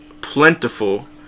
plentiful